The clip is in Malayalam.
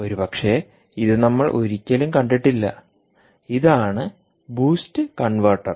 ഒരുപക്ഷേഇത് നമ്മൾ ഒരിക്കലും കണ്ടിട്ടില്ല ഇതാണ് ബൂസ്റ്റ് കൺവെർട്ടർ